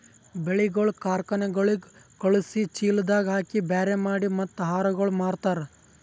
ಬೆಳಿಗೊಳ್ ಕಾರ್ಖನೆಗೊಳಿಗ್ ಖಳುಸಿ, ಚೀಲದಾಗ್ ಹಾಕಿ ಬ್ಯಾರೆ ಮಾಡಿ ಮತ್ತ ಆಹಾರಗೊಳ್ ಮಾರ್ತಾರ್